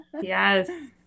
Yes